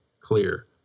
clear